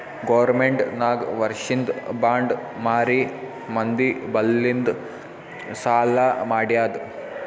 government ನಾಕ್ ವರ್ಷಿಂದ್ bond ಮಾರಿ ಮಂದಿ ಬಲ್ಲಿಂದ್ ಸಾಲಾ ಮಾಡ್ಯಾದ್